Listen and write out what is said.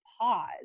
pause